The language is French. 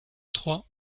trois